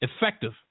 effective